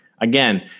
Again